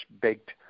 baked